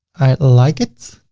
i like it.